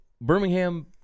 Birmingham